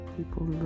People